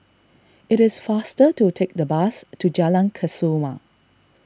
it is faster to take the bus to Jalan Kesoma